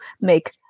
make